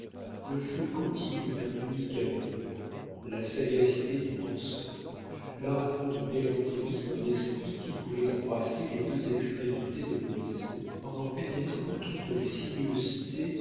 le feu continu d'un unique amour la sagacité du penseur l'ardente mélancolie d'un esprit qui pouvait embrasser les deux extrémités de l'horizon en en pénétrant toutes les sinuosités